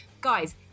Guys